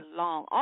long